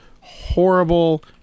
horrible